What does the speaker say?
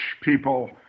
people